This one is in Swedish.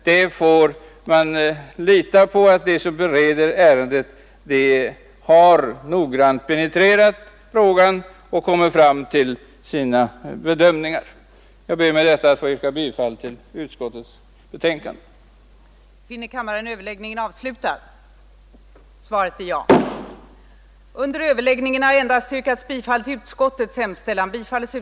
Man får lita på att de som bereder ärendet noggrant har penetrerat frågan då de kommit fram till sina bedömningar. Jag ber med dessa ord att få yrka bifall till utskottets hemställan.